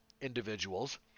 individuals